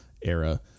era